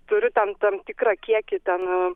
turiu ten tam tikrą kiekį ten